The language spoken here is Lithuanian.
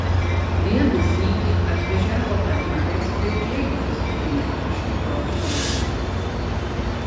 vieną sykį atvažiavo per marias pirkliai vaizbūnai iš kitos žemės